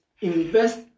invest